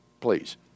please